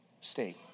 state